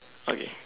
okay